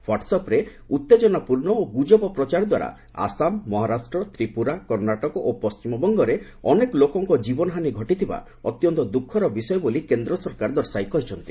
ହ୍ୱାଟ୍ସ୍ଅପ୍ରେ ଉତ୍ତେଜନାପୂର୍ଣ୍ଣ ଓ ଗୁଜବ ପ୍ରଚାର ଦ୍ୱାରା ଆସାମ ମହାରାଷ୍ଟ୍ର ତ୍ରିପୁରା କର୍ଣ୍ଣାଟକ ଓ ପଶ୍ଚିମବଙ୍ଗରେ ଅନେକ ଲୋକଙ୍କ ଜୀବନ ହାନି ଘଟିଥିବା ଅତ୍ୟନ୍ତ ଦୁଃଖର ବିଷୟ ବୋଲି କେନ୍ଦ ସରକାର ଦର୍ଶାଇ କହିଚ୍ଚନ୍ତି